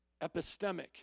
Epistemic